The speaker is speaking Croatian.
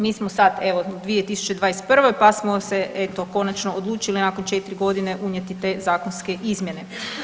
Mi smo sad evo, u 2021. pa smo se eto, konačno odlučili nakon 4 godine unijeti te zakonske izmjene.